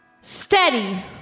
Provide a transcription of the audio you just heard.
steady